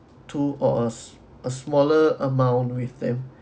two or a s~ a smaller amount with them